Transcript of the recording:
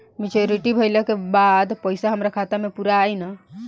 Maturity भईला के बाद पईसा हमरे खाता म पूरा आई न?